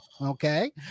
okay